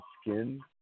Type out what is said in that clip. skin